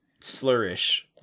slurish